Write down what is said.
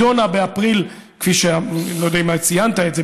לא יודע אם ציינת את זה,